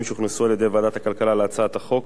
שהוכנסו על-ידי ועדת הכלכלה בהצעת החוק.